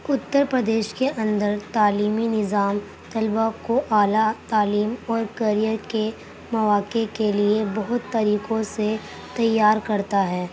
اتر پردیش کے اندر تعلیمی نظام طلبہ کو اعلیٰ تعلیم اور کیریئر کے مواقع کے لیے بہت طریقوں سے تیار کرتا ہے